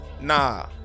nah